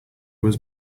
was